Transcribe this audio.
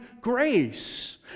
grace